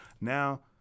Now